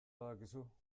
badakizu